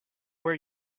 where